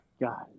God